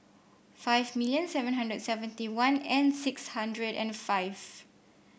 five million seven hundred seventy one and six hundred and five